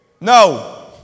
No